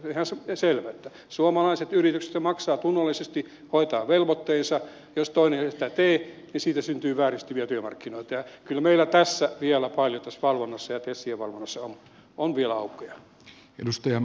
se on ihan selvä että jos suomalaiset yritykset maksavat tunnollisesti hoitavat velvoitteensa ja jos toinen ei sitä tee niin siitä syntyy vääristyviä työmarkkinoita ja kyllä meillä tässä valvonnassa ja tesien valvonnassa on vielä paljon aukkoja